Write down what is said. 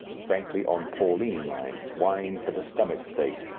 frankly on pauline lines, wine for the stomach's sake,